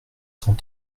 cent